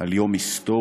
על יום היסטורי